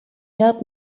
helped